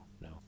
no